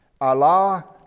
Allah